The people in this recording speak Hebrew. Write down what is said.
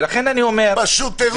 ולכן אני אומר --- פשוט טירוף.